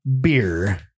beer